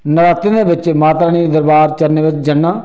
नरातें दे च बिच्च माता रानी दे दरबार चरणें दे बिच्च जन्नां